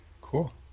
Cool